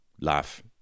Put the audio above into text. laugh